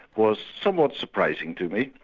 was somewhat surprising to me.